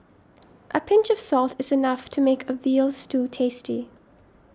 a pinch of salt is enough to make a Veal Stew tasty